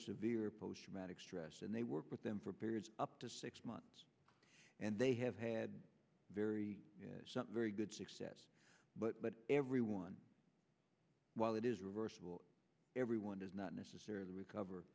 severe post traumatic stress and they work with them for periods up to six months and they have had very very good success but everyone while it is reversible everyone does not necessarily recover